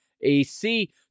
AC